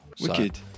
Wicked